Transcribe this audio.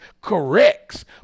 corrects